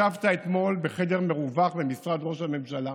ישבת אתמול בחדר מרווח במשרד ראש הממשלה